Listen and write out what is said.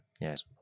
Yes